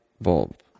bulb